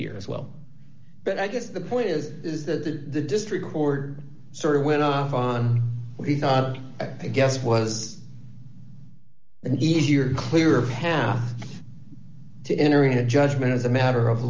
here as well but i guess the point is is that the district court sort of went off on i guess was an easier clearer half to entering a judgment as a matter of